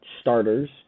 starters